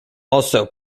also